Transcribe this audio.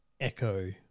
Echo